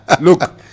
Look